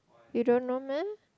you don't know meh